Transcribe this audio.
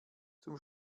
zum